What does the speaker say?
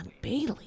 Bailey